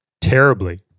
Terribly